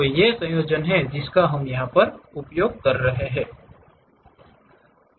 तो ये संयोजन हैं जिसका हम उपयोग करेंगे